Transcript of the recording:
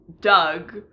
Doug